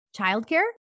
childcare